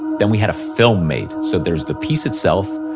then we had a film made. so there's the piece itself,